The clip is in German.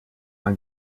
man